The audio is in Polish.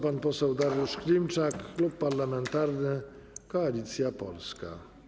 Pan poseł Dariusz Klimczak, Klub Parlamentarny Koalicja Polska.